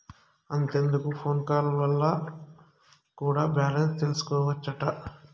అంతెందుకు phone call వల్ల కూడా బాలెన్స్ తెల్సికోవచ్చట